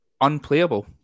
unplayable